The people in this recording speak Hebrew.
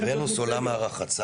אמרה לו: 'היצירה הזו לא הולכת להיות